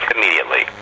Immediately